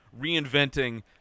reinventing